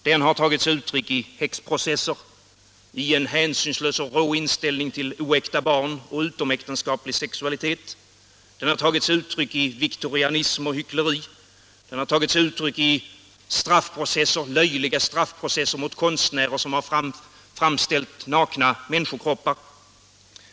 Den har tagit sig uttryck i häxprocesser, i en hänsynslös och rå inställning till ”oäkta” barn och utomäktenskaplig sexualitet, den har tagit sig uttryck i viktorianism och hyckleri, den har tagit sig uttryck i löjliga straffprocesser mot konstnärer som framställt nakna människokroppar.